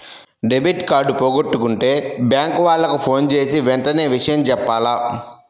debit card పోగొట్టుకుంటే bank వాళ్లకి ఫోన్జేసి వెంటనే విషయం జెప్పాల